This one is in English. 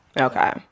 Okay